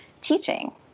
teaching